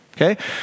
okay